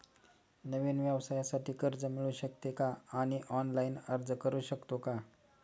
नवीन व्यवसायासाठी कर्ज मिळू शकते का आणि ऑनलाइन अर्ज करू शकतो का?